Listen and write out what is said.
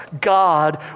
God